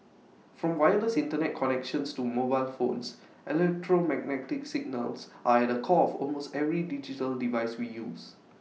from wireless Internet connections to mobile phones electromagnetic signals are at the core of almost every digital device we use